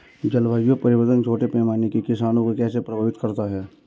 जलवायु परिवर्तन छोटे पैमाने के किसानों को कैसे प्रभावित करता है?